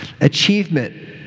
Achievement